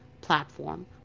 platform